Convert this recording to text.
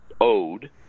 owed